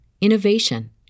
innovation